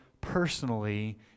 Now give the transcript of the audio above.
personally